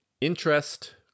interest